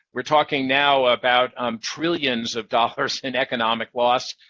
we're talking now about um trillions of dollars in economic loss,